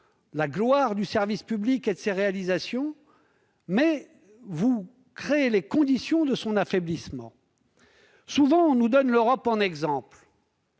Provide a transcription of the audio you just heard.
la gloire du service public et de ses réalisations, mais vous créez les conditions de son affaiblissement. Souvent, on nous cite l'Europe en exemple.